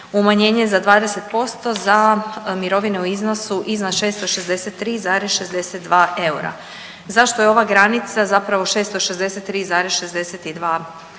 umanjenje za 20% za mirovine u iznosu iznad 663,62 eura. Zašto je ova granica zapravo 663,62 eura?